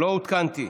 לא עודכנתי,